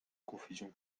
confusion